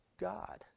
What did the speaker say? God